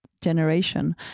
generation